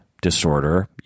disorder